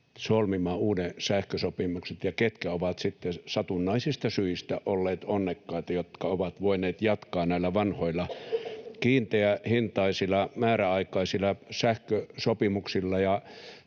uudet sähkösopimukset ja ketkä ovat sitten satunnaisista syistä olleet niitä onnekkaita, jotka ovat voineet jatkaa näillä vanhoilla, kiinteähintaisilla määräaikaisilla sähkösopimuksilla.